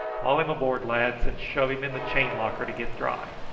haul him aboard, lads, and shove him in the chain locker to get dry.